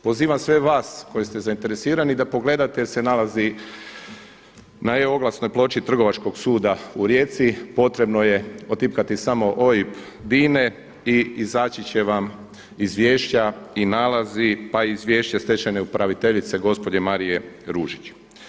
Pozivam sve vas koji ste zainteresirani da pogledate jer se naglasi na e-oglasnoj ploči Trgovačkog suda u Rijeci, potrebno je samo otipkati samo OIB Dina-e i izaći će vam izvješća i nalazi pa i izvješće stečajne upraviteljice gospođe Marije Ružić.